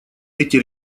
эти